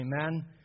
Amen